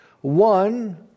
One